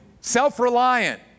Self-reliant